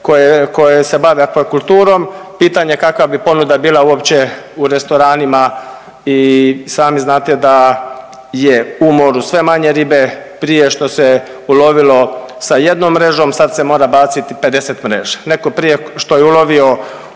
koje se bave aquakulturom pitanje kakva bi ponuda bila uopće u restoranima. I sami znate da je u moru sve manje ribe. Prije što se ulovilo sa jednom mrežom, sad se mora baciti 50 mreža. Netko prije što je ulovio